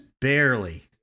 barely